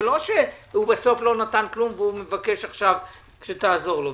זה לא שבסוף לא נתן כלום ומבקש שתעזור לו.